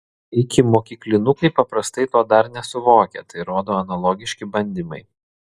ikimokyklinukai paprastai to dar nesuvokia tai rodo analogiški bandymai